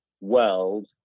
world